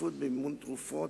השתתפות במימון תרופות,